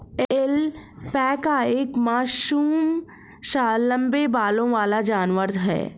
alpaca एक मासूम सा लम्बे बालों वाला जानवर है